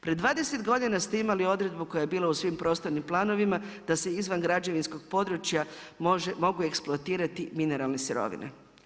Pred 20 godina ste imali odredbu koja je bila u svim prostornim planovima da se izvan građevinskog područja mogu eksploatirati mineralne sirovine.